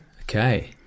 Okay